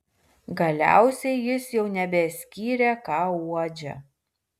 galiausiai jis jau nebeskyrė ką uodžia